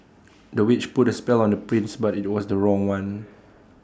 the witch put A spell on the prince but IT was the wrong one